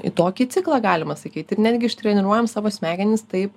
į tokį ciklą galima sakyt ir netgi ištreniruojam savo smegenis taip